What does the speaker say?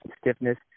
stiffness